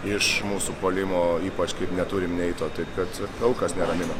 iš mūsų puolimo ypač kaip neturim neito taip kad daug kas neramina